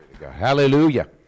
Hallelujah